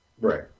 Right